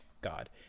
God